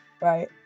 right